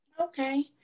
okay